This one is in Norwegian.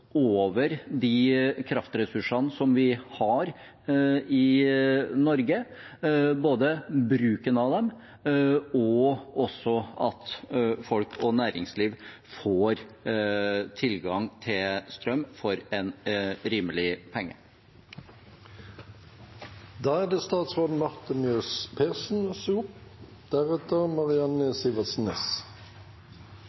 over de kraftressursene vi har i Norge, og det gjelder både bruken av dem og at folk og næringsliv får tilgang til strøm for en rimelig penge. Det er stor usikkerhet om kraftsituasjonen og kraftpriser det